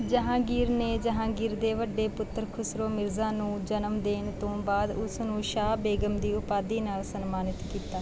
ਜਹਾਂਗੀਰ ਨੇ ਜਹਾਂਗੀਰ ਦੇ ਵੱਡੇ ਪੁੱਤਰ ਖੁਸਰੋ ਮਿਰਜ਼ਾ ਨੂੰ ਜਨਮ ਦੇਣ ਤੋਂ ਬਾਅਦ ਉਸ ਨੂੰ ਸ਼ਾਹ ਬੇਗਮ ਦੀ ਉਪਾਧੀ ਨਾਲ ਸਨਮਾਨਿਤ ਕੀਤਾ